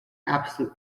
absolute